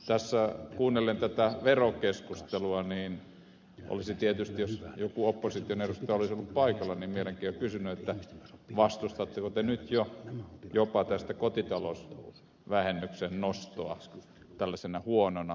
tässä kuunneltuani tätä verokeskustelua olisin tietysti jos joku opposition edustaja olisi ollut paikalla kysynyt vastustatteko te nyt jo jopa tätä kotitalousvähennyksen nostoa tällaisena huonona verotoimenpiteenä